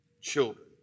Children